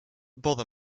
bother